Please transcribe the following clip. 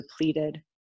depleted